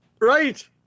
Right